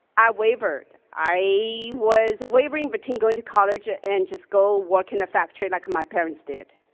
i wavered. i was wavering between going to college ah and just go work in a factory like my parents did.